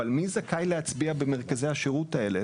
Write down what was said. אבל מי זכאי להצביע במרכזי השירות האלה?